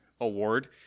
award